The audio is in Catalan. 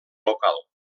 local